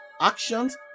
actions